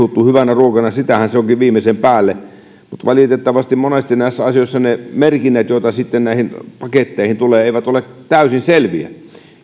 ja sitähän se onkin viimeisen päälle se että valitettavasti monesti näissä asioissa ne merkinnät joita sitten näihin paketteihin tulee eivät ole täysin selviä